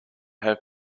have